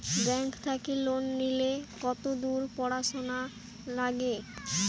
Bank থাকি loan নিলে কতদূর পড়াশুনা নাগে?